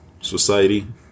society